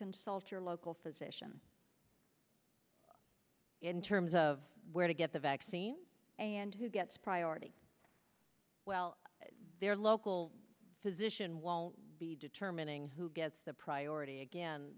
consult your local physician in terms of where to get the vaccine and who gets priority well their local physician won't be determining who gets the priority again